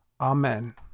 Amen